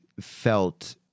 felt